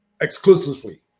exclusively